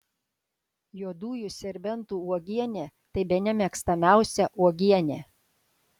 juodųjų serbentų uogienė tai bene mėgstamiausia uogienė